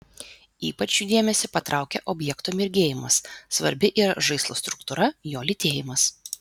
ypač jų dėmesį patraukia objekto mirgėjimas svarbi yra žaislo struktūra jo lytėjimas